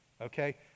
Okay